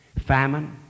Famine